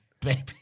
baby